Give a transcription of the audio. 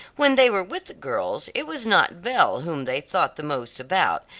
when they were with the girls, it was not belle whom they thought the most about,